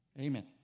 Amen